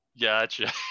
Gotcha